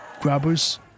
grabbers